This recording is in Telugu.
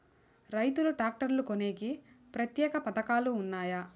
రైతులు ట్రాక్టర్లు కొనేకి ప్రత్యేక పథకాలు ఉన్నాయా?